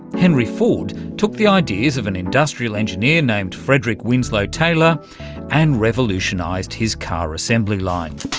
henry ford took the ideas of an industrial engineer named frederick winslow taylor and revolutionised his car assembly line.